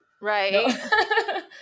Right